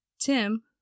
Tim